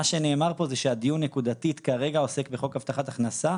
מה שנאמר פה זה שהדיון נקודתית כרגע עוסק בחוק הבטחת הכנסה,